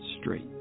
straight